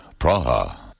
Praha